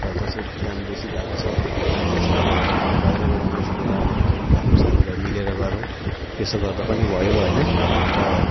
र कसैको काम बेसी भएको छ मान्छे छैन भने बरु बाहिरबाट मान्छे ल्याएर हुन्छ कि हाम्रो साथी भाइ मिलेर गरौँ त्यसो गर्दा पनि भयो होइन अन्त